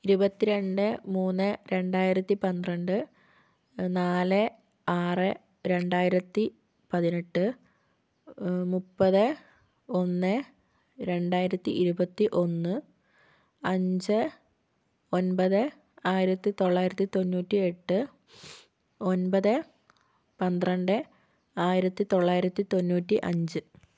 ഇരുപത്തിരണ്ട് മൂന്ന് രണ്ടായിരത്തി പന്ത്രണ്ട് നാല് ആറ് രണ്ടായിരത്തി പതിനെട്ട് മുപ്പത് ഒന്ന് രണ്ടായിരത്തി ഇരുപത്തി ഒന്ന് അഞ്ച് ഒൻപത് ആയിരത്തി തൊള്ളായിരത്തി തൊണ്ണൂറ്റിയെട്ട് ഒൻപത് പന്ത്രണ്ട് ആയിരത്തി തൊള്ളായിരത്തി തൊണ്ണൂറ്റി അഞ്ച്